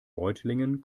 reutlingen